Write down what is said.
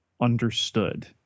understood